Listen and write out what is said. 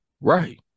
Right